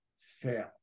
fail